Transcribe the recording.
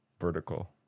vertical